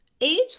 age